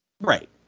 Right